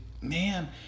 man